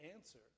answer